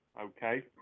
okay